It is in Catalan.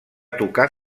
tocar